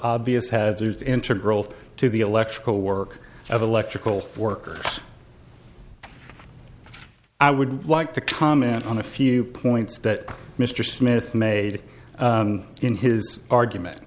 obvious hazards integral to the electrical work of electrical workers i would like to comment on a few points that mr smith made in his argument